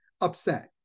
upset